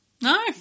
No